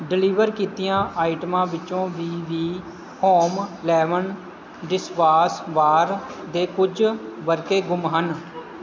deliver ਕੀਤੀਆਂ ਆਈਟਮਾਂ ਵਿੱਚੋਂ BB home lemon dishwash bar ਦੇ ਕੁਝ ਵਰਕੇ ਗੁੰਮ ਹਨ